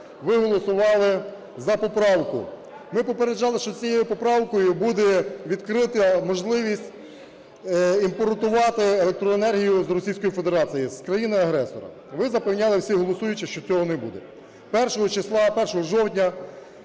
ви голосували за поправку, ми попереджали, що з цією поправкою буде відкрита можливість імпортувати електроенергію з Російської Федерації – з країни-агресора. Ви запевняли всі, голосуючи, що цього не буде. Першого числа, 1 жовтня